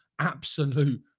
Absolute